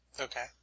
Okay